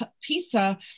pizza